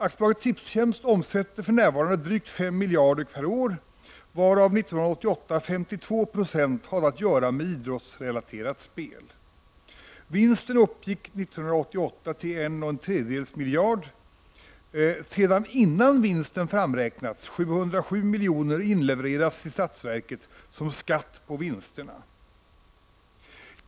AB Tipstjänst omsätter för närvarande drygt 5 miljarder kronor per år, varav 52 Yo år 1988 hade att göra med idrottsrelaterat spel. Vinsten uppgick år 1988 till 1,33 miljarder. Innan vinsten framräknats hade 707 milj.kr. inlevererats till statsverket som skatt på vinsterna.